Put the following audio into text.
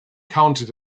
counted